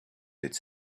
its